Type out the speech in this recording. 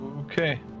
Okay